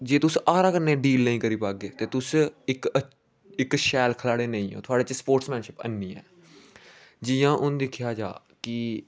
जे तुस हारा कन्नै डील नेईं करी पागे ते तुस इक अच्छे इक शैल खलाड़ी नेईं ओ थुआढ़े च स्पोर्टसमैनशिप ऐनी ऐ जियां हून दिक्खेआ जा कि